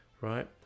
right